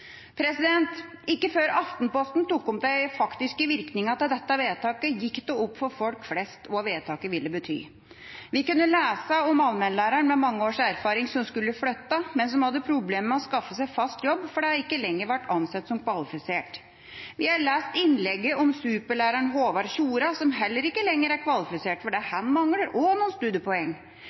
Ikke før Aftenposten tok opp de faktiske virkningene av dette vedtaket, gikk det opp for folk flest hva vedtaket ville bety. Vi kunne lese om allmennlæreren med mange års erfaring som skulle flytte, men som hadde problemer med å skaffe seg fast jobb fordi hun ikke lenger var ansett som kvalifisert. Vi har lest innlegget om superlæreren Håvard Tjora, som heller ikke lenger er kvalifisert, for han mangler også noen studiepoeng.